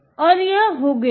और यह हो गया है